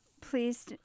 Please